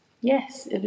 Yes